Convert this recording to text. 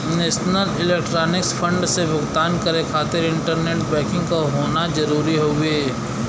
national electronics fund से भुगतान करे खातिर इंटरनेट बैंकिंग क होना जरुरी हउवे